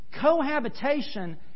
Cohabitation